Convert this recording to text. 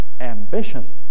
ambition